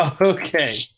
Okay